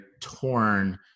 torn